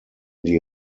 die